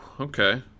okay